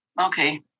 Okay